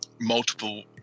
multiple